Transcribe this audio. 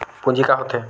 पूंजी का होथे?